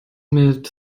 mit